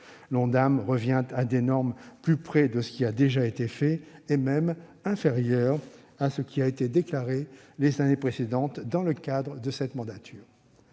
l'Ondam revient à des normes plus proches de ce qui a déjà été fait, et même inférieures à ce qui a été déclaré les années précédentes dans le cadre de cette mandature.